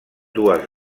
dues